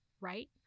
right